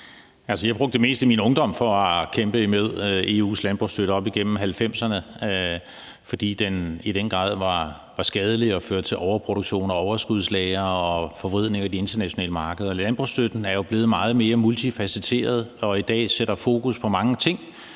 jeg brugte det meste af min ungdom, op igennem 1990'erne, på at kæmpe med EU's landbrugsstøtte, fordi den i den grad var skadelig og førte til overproduktion og overskudslagre og forvridning af de internationale markeder. Landbrugsstøtten er jo blevet meget mere multifacetteret og sætter i dag fokus på mange ting